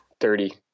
Thirty